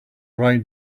write